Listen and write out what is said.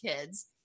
kids